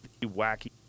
wacky